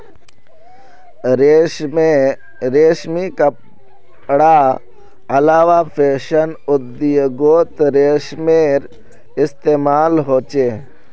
रेशमी कपडार अलावा फैशन उद्द्योगोत रेशमेर इस्तेमाल होचे